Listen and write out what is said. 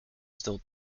still